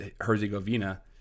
Herzegovina